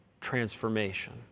transformation